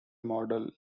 model